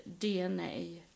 DNA